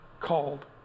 called